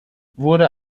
wurde